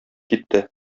китте